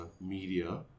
media